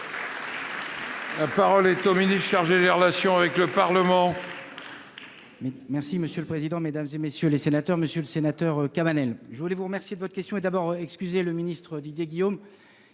La parole est à M. le ministre chargé des relations avec le Parlement.